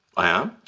i am.